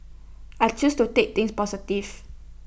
I choose to take things positive